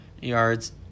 Yards